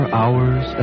hours